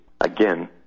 again